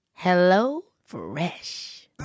HelloFresh